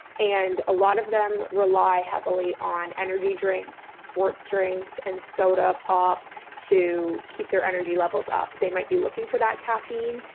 and a lot of them rely heavily on energy drinks, sports, drinks, and soda pop to keep their energy levels up. they might be looking for that caffeine.